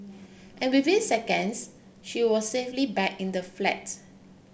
and within seconds she was safely back in the flat